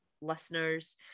listeners